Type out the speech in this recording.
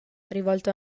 rivolto